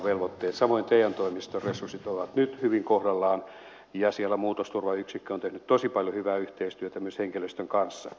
samoin te toimiston resurssit ovat nyt hyvin kohdallaan ja siellä muutosturvayksikkö on tehnyt tosi paljon hyvää yhteistyötä myös henkilöstön kanssa